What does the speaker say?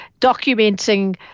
Documenting